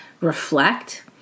reflect